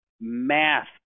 math